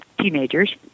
teenagers